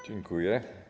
Dziękuję.